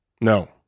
No